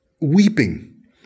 weeping